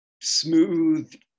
smooth